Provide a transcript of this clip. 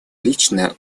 лично